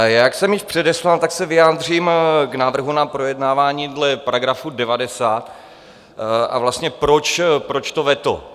Jak jsem již předeslal, tak se vyjádřím k návrhu na projednávání dle § 90 a vlastně proč to veto.